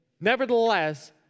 Nevertheless